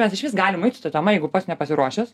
mes išvis galim eit su ta tema jeigu pats nepasiruošęs